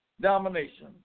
domination